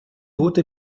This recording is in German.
wurde